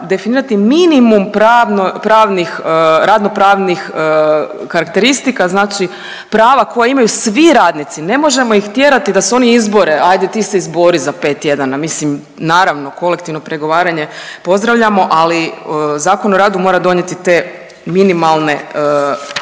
definirati minimum pravnih, radno pravnih karakteristika znači prava koju imaju svi radnici, ne možemo ih tjerati da se oni izbore, ajde ti se izbori za 5 tjedana, mislim naravno kolektivno pregovaranje pozdravljamo, ali Zakon o radu mora donijeti te minimalne